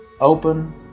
open